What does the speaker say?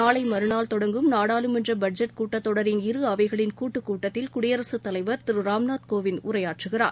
நாளைமறுநாள் தொடங்கும் நாடாளுமன்றபட்ஜெட் கூட்டத்தொடரின் இரு அவைகளின் கூட்டுக் கூட்டத்தில் குடியரசுத் தலைவர் திருராம்நாத் கோவிந்த் உரையாற்றுகிறார்